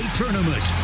tournament